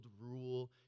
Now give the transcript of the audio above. rule